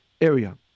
area